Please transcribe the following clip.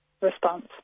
response